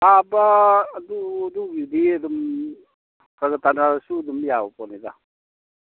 ꯇꯥꯕ ꯑꯗꯨ ꯑꯗꯨꯒꯤꯗꯤ ꯑꯗꯨꯝ ꯈꯔꯈꯔ ꯇꯥꯅꯔꯁꯨ ꯑꯗꯨꯝ ꯌꯥꯕ ꯄꯣꯠꯅꯤꯗ